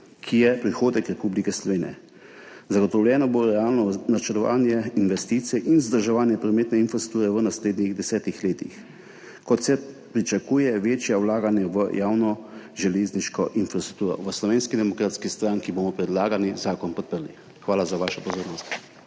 ki je prihodek Republike Slovenije. Zagotovljeno bo realno načrtovanje investicij in vzdrževanje prometne infrastrukture v naslednjih desetih letih, ko se pričakuje, večja vlaganja v javno železniško infrastrukturo. V Slovenski demokratski stranki bomo predlagani zakon podprli. Hvala za vašo pozornost.